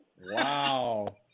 Wow